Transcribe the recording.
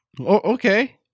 Okay